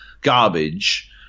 garbage